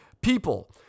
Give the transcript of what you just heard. People